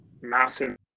massive